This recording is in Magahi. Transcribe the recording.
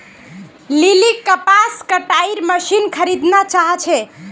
लिलीक कपास कटाईर मशीन खरीदना चाहा छे